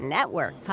Network